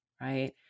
right